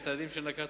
הצעדים שנקטנו,